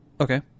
Okay